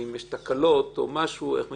ואם יש תקלות איך מתקנים.